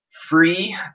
free